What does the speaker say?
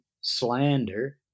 slander